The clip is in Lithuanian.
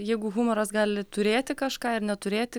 jeigu humoras gali turėti kažką ir neturėti